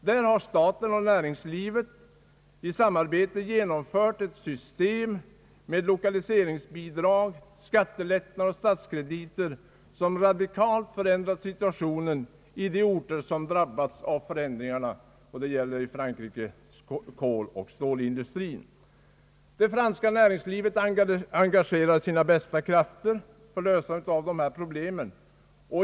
Där har staten och näringslivet i samarbete genomfört ett system med lokaliseringsbidrag, skattelättnader och statskrediter, som radikalt förändrat situationen i de orter som drabbats av strukturförändringen inom kol. och stålindustrin. Det franska näringslivet engagerade sina bästa krafter för lösandet av dessa problem.